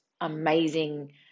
amazing